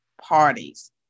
parties